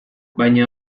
baina